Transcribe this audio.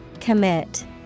Commit